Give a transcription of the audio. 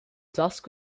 dusk